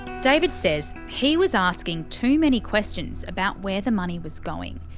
david says he was asking too many questions about where the money was going.